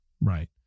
Right